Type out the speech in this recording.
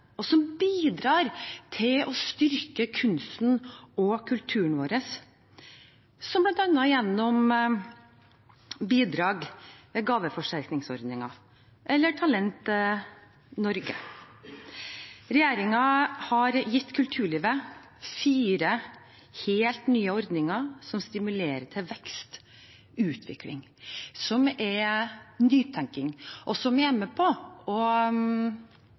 og som bidrar til å styrke kunsten og kulturen vår, bl.a. gjennom bidrag til gaveforsterkningsordningen eller Talent Norge. Regjeringen har gitt kulturlivet fire helt nye ordninger som stimulerer til vekst og utvikling, som er nytenking, og som er med på